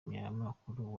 umunyamakuru